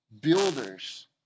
builders